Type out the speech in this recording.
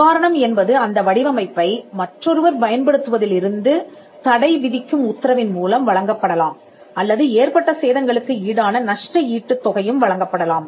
நிவாரணம் என்பது அந்த வடிவமைப்பை மற்றொருவர் பயன்படுத்துவதிலிருந்து தடைவிதிக்கும் உத்தரவின் மூலம் வழங்கப்படலாம் அல்லது ஏற்பட்ட சேதங்களுக்கு ஈடான நஷ்ட ஈட்டுத் தொகையும் வழங்கப்படலாம்